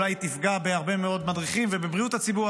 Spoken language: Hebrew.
אולי היא תפגע בהרבה מאוד מדריכים ובבריאות הציבור.